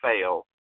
fail